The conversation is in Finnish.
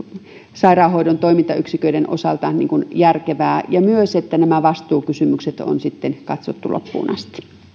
sairaanhoidon toimintayksiköiden osalta järkevää ja myös niin että nämä vastuukysymykset on sitten katsottu loppuun asti